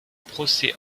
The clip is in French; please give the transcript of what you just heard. procès